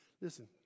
Listen